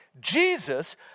Jesus